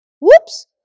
Whoops